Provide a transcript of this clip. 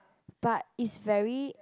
but is very